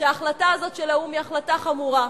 שההחלטה הזו של האו"ם היא החלטה חמורה.